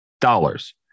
dollars